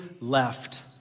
left